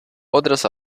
otras